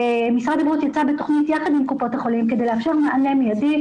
משרד הבריאות יצא בתכניות יחד עם קופות החולים כדי לאפשר מענה מיידי,